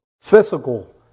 physical